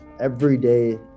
everyday